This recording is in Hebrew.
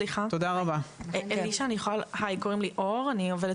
אני עובדת